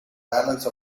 balance